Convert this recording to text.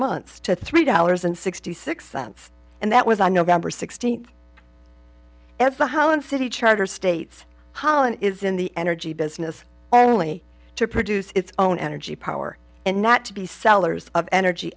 months to three dollars and sixty six cents and that was on november sixteenth ever how in city charter states holland is in the energy business only to produce its own energy power and not to be sellers of energy